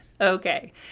Okay